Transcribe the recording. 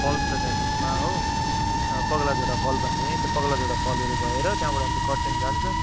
falls छ त्यहाँ बिचमा हो पगलाझोडा फल भन्ने त्यो पगलाझोडा फलहरू भएर त्यहाँबाट अनि त कर्सियाङ जान्छ